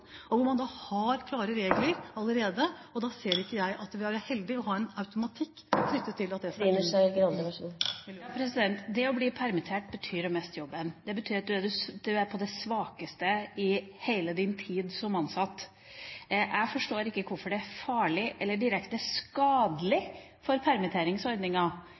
man har klare regler allerede, ser ikke jeg at det vil være heldig å ha automatikk knyttet til … Det å bli permittert betyr å miste jobben. Det betyr at man er på det svakeste i hele sin tid som ansatt. Jeg forstår ikke hvorfor det er farlig eller direkte skadelig for